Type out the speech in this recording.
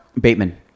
Bateman